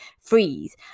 freeze